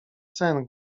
sen